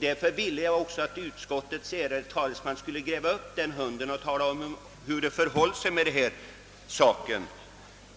Därför ville jag också att utskottets ärade talesman skulle gräva upp den hunden och tala om hur det förhåller sig med denna sak.